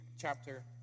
chapter